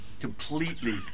completely